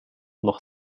noch